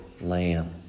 lamb